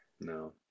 No